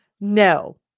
No